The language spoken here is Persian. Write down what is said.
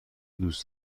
دوست